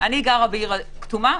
אני גרה בעיר כתומה,